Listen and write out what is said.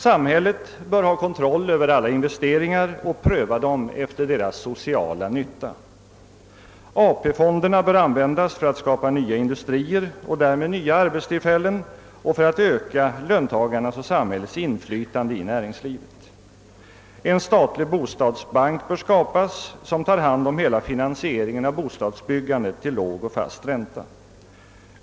Samhället bör ha kontroll över alla investeringar och pröva dem efter deras sociala nytta. AP-fonderna bör användas för att skapa nya industrier och därmed nya arbetstillfällen och för att öka löntagarnas och samhällets inflytande i näringslivet. En statlig bostadsbank bör inrättas som tar hand om hela finansieringen av bostadsbyggandet till låg och fast ränta.